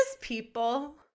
people